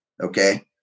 Okay